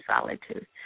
solitude